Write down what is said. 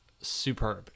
superb